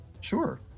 Sure